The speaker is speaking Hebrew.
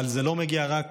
אבל זה לא מגיע רק